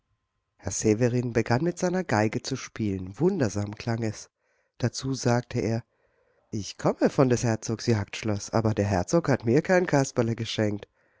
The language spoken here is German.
herr severin begann auf seiner geige zu spielen wundersam klang es dazu sagte er ich komme von des herzogs jagdschloß aber der herzog hat mir kein kasperle geschenkt